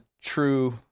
true